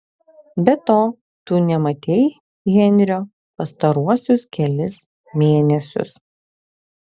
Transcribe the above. be to tu nematei henrio pastaruosius kelis mėnesius